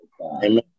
Amen